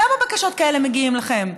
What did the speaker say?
כמה בקשות כאלה מגיעות אליכם?